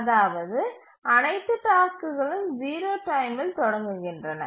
அதாவது அனைத்து டாஸ்க்குகளும் 0 டைமில் தொடங்குகின்றன